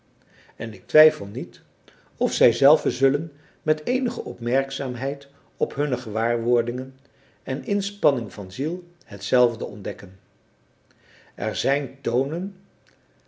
en ik twijfel niet of zijzelve zullen met eenige opmerkzaamheid op hunne gewaarwordingen en inspanning van ziel hetzelfde ontdekken er zijn tonen